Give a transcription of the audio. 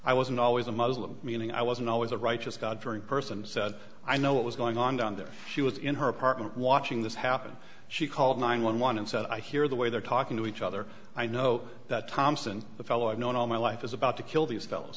i wasn't always a muslim meaning i wasn't always a righteous god fearing person said i know what was going on down there she was in her apartment watching this happen she called nine one one and said i hear the way they're talking to each other i know that thompson the fellow i've known all my life is about to kill these fell